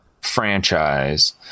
franchise